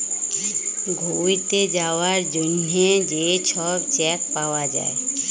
ঘ্যুইরতে যাউয়ার জ্যনহে যে ছব চ্যাক পাউয়া যায়